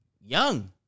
Young